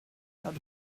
that